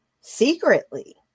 secretly